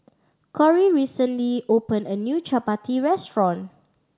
Cory recently opened a new chappati restaurant